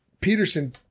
peterson